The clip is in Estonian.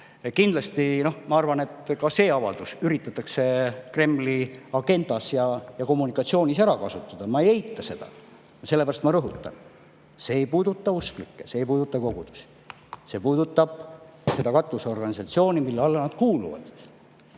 Kindlasti, ma arvan, ka seda avaldust üritatakse Kremli agendas ja kommunikatsioonis ära kasutada. Ma ei eita seda. Sellepärast ma rõhutan, et see ei puuduta usklikke, see ei puuduta kogudusi, see puudutab seda katusorganisatsiooni, mille alla nad kuuluvad.